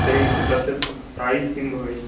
तर्हि तस्य प्रैस् किं भवेत्